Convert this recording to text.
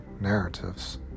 narratives